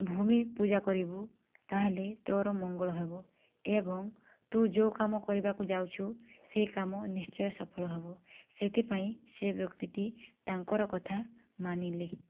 ଭୂମି ପୂଜା କରିବୁ ତାହେଲେ ତୋର ମଙ୍ଗଳ ହେବ ଏବଂ ତୁ ଯେଉଁ କାମ କରିବାକୁ ଯାଉଛୁ ସେ କାମ ନିଶ୍ଚୟ ସଫଳ ହେବ ସେଥିପାଇଁ ସେ ବ୍ୟକ୍ତିଟି ତାଙ୍କର କଥା ମାନିଲେ